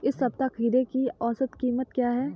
इस सप्ताह खीरे की औसत कीमत क्या है?